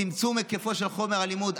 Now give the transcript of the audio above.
צמצום היקפו של חומר הלימוד.